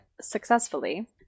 successfully